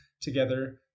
together